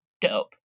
dope